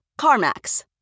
CarMax